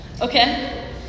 Okay